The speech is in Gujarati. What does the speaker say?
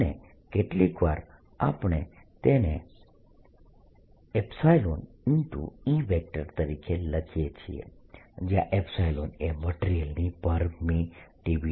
અને કેટલીકવાર આપણે તેને E તરીકે લખીએ છીએ જ્યાં એ મટીરીયલની પરમિટીવીટી છે